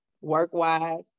work-wise